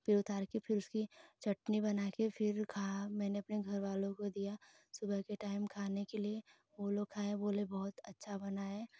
फिर उतार कर फिर उसकी चटनी बना कर खा मैंने अपने घरवालों को दिया सुबह के टाइम खाने के लिए वो लोग खाय बोले बहुत अच्छा बना है